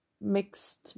mixed